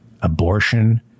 Abortion